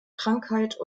krankheit